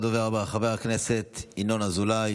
הדובר הבא, חבר הכנסת ינון אזולאי,